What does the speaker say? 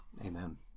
Amen